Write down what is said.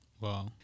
Wow